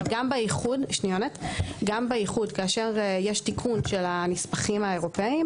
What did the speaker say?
גם באיחוד כאשר יש תיקון של הנספחים האירופאים,